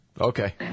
Okay